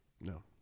No